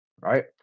right